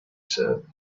said